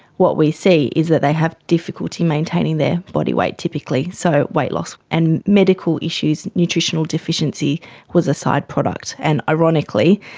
what we see is that they have difficulty maintaining their body weight, typically, so weight loss and medical issues, nutritional deficiency was a side product. and, ironically,